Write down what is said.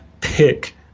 pick